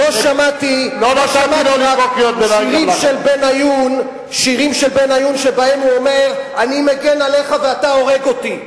לא שמעתי שירים של בניון שבהם הוא אומר: אני מגן עליך ואתה הורג אותי.